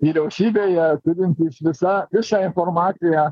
vyriausybėje turintys visa visą informaciją